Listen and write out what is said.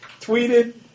tweeted